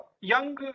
young